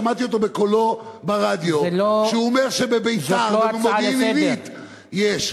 שמעתי אותו בקולו ברדיו אומר שבביתר ובמודיעין-עילית יש.